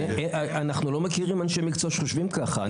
אנחנו לא חושבים אנשי מקצוע שחושבים ככה.